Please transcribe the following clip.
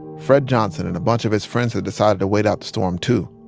fred johnson and a bunch of his friends had decided to wait out the storm, too.